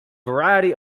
variety